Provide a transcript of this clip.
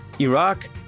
Iraq